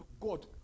God